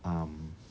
um